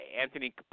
Anthony